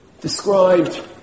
described